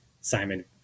Simon